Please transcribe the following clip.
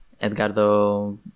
Edgardo